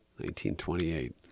1928